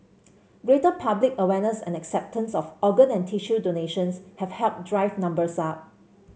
greater public awareness and acceptance of organ and tissue donations have helped drive numbers up